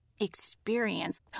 experience